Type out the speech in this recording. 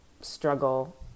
struggle